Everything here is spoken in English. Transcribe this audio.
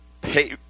Pay